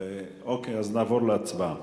אוקיי, אז נעבור להצבעה.